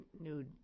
new